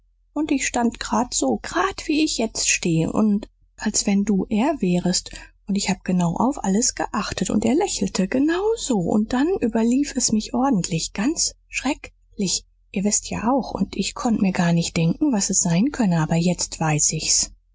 und ich stand gerad so gerad wie ich jetzt steh und als wenn du er wärest und ich hab genau auf alles geachtet und er lächelte genau so und dann überlief es mich ordentlich ganz schreck lich ihr wißt ja auch und ich konnt mir gar nicht denken was es sein könne aber jetzt weiß ich's